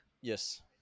Yes